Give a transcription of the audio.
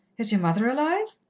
is your mother alive?